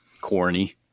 corny